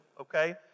okay